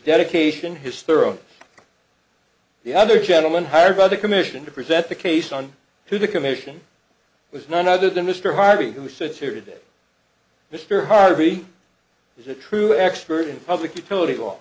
dedication his thorough the other gentleman hired by the commission to present the case on to the commission was none other than mr harvey who sits here today mr harvey is a true expert in public utilities law